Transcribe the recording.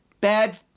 Bad